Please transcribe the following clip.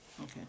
okay